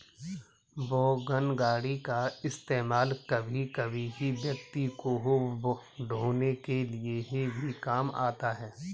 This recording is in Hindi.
वोगन गाड़ी का इस्तेमाल कभी कभी व्यक्ति को ढ़ोने के लिए भी काम आता है